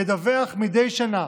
ידווח מדי שנה